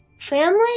Family